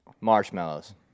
marshmallows